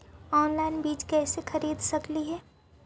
Online बीज कईसे खरीद सकली हे?